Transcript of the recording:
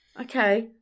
Okay